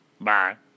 Bye